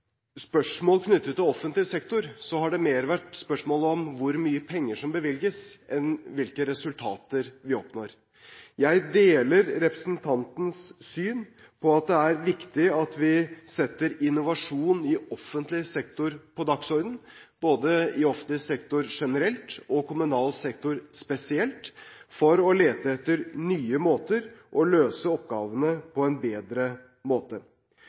spørsmål knyttet til offentlig sektor, har det mer vært spørsmål om hvor mye penger som bevilges, enn hvilke resultater vi oppnår. Jeg deler representantens syn, at det er viktig at vi setter innovasjon i offentlig sektor på dagsordenen – både i offentlig sektor generelt og i kommunal sektor spesielt – for å lete etter nye og bedre måter å løse oppgavene på. Uten en